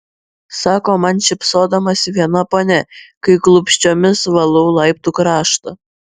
sako man šypsodamasi viena ponia kai klupsčiomis valau laiptų kraštą